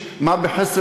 מוכן?